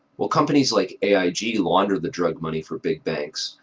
while companies like aig launder the drug money, for big banks,